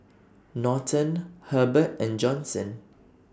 Norton Hebert and Johnson